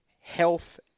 health